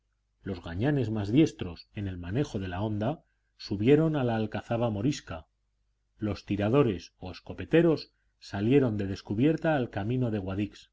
los gañanes más diestros en el manejo de la honda subieron a la alcazaba morisca los tiradores o escopeteros salieron de descubierta al camino de